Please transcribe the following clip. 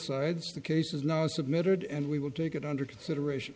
the case is now submitted and we will take it under consideration